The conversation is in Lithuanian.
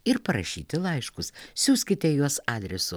ir parašyti laiškus siųskite juos adresu